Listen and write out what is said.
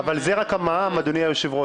אבל זה רק המע"מ, אדוני היושב-ראש.